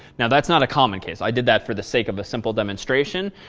now, that's not a common case. i did that for the sake of a simple demonstration.